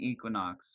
Equinox